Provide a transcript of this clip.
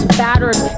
battered